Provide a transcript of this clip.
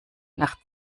nach